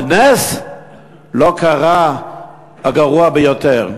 בנס לא קרה הגרוע ביותר.